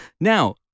Now